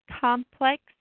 Complex